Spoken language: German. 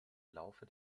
laufe